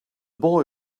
boy